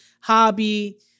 hobby